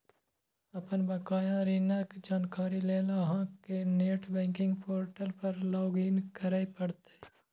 अपन बकाया ऋणक जानकारी लेल अहां कें नेट बैंकिंग पोर्टल पर लॉग इन करय पड़त